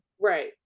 right